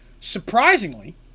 Surprisingly